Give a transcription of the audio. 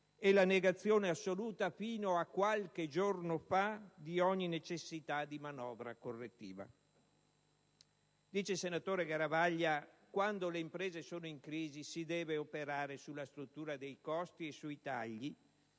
e la negazione assoluta fino a qualche giorno fa di ogni necessità di manovra correttiva. Il senatore Garavaglia afferma che quando le imprese sono in crisi si deve operare sulla struttura dei costi e sui tagli